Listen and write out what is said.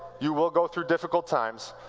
you will go through difficult times.